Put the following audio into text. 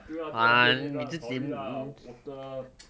ah 对 lah 对 lah D_N_A lah sorry lah 我的